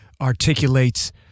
articulates